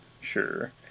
sure